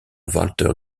walther